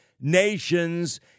nations